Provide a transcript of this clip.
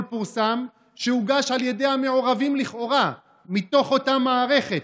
פורסם שהוגש על ידי המעורבים לכאורה מתוך אותה מערכת